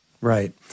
Right